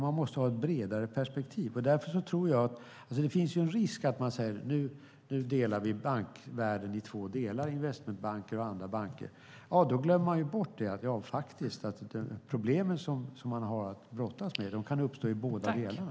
Man måste ha ett bredare perspektiv. Det finns en risk att man säger att nu delar vi bankvärlden i två delar, det vill säga investmentbanker och andra banker, och då glömmer bort att problemen som man har att brottas med faktiskt kan uppstå i båda delarna.